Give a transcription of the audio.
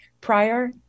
prior